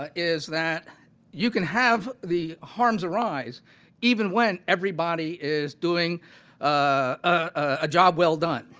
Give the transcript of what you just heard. ah is that you can have the harms arise even when everybody is doing a job well done.